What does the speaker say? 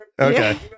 Okay